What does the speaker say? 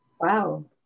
wow